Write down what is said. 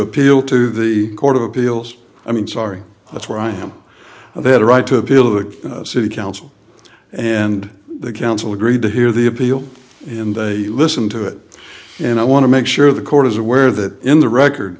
appeal to the court of appeals i mean sorry that's where i am they had a right to appeal to the city council and the council agreed to hear the appeal in they listen to it and i want to make sure the court is aware that in the record